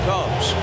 Cubs